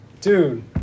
Dude